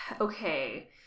okay